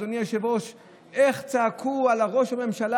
אדוני היושב-ראש אנחנו זוכרים איך צעקו על ראש הממשלה